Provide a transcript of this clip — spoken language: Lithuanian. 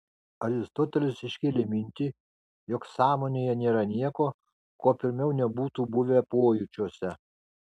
aristotelis iškėlė mintį jog sąmonėje nėra nieko ko pirmiau nebūtų buvę pojūčiuose